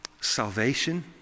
salvation